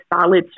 solid